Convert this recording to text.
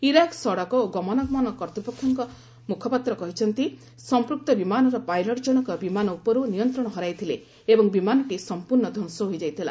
Iraq ସଡ଼କ ଓ ଗମନାଗମନ ପର୍ତ୍ତୃପକ୍ଷଙ୍କୁ ମୁଖପାତ୍ର କହିଛନ୍ତି ସଂପୃକ୍ତ ବିମାନର ପାଇଲଟ୍ ଜଣକ ବିମାନ ଉପରୁ ନିୟନ୍ତ୍ରଣ ହରାଇଥିଲେ ଏବଂ ବିମାନଟି ସଂପ୍ରର୍ଣ୍ଣ ଧ୍ୱଂସ ହୋଇଯାଇଥିଲା